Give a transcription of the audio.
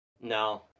No